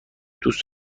دوست